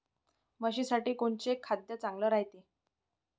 म्हशीसाठी कोनचे खाद्य चांगलं रायते?